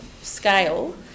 scale